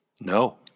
No